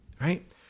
Right